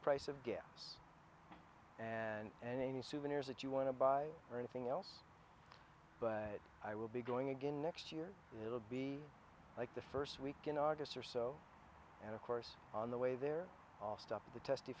price of gas and any souvenirs that you want to buy or anything else but i will be going again next year it'll be like the first week in august or so and of course on the way they're all stuff of the test